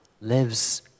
lives